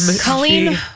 Colleen